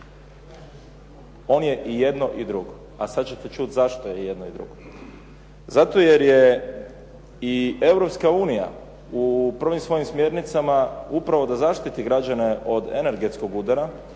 On je i jedno i drugo. A sada ćete čuti zašto je i jedno i drugo. Zato jer je i Europska unija u prvim svojim smjernicama upravo da zaštiti građane od energetskog udara